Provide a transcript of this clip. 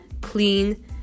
clean